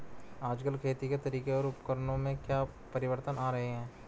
आजकल खेती के तरीकों और उपकरणों में क्या परिवर्तन आ रहें हैं?